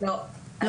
לא.